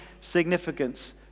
significance